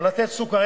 התשע"א 2011,